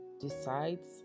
decides